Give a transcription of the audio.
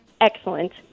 excellent